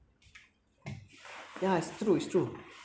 yeah it's true it's true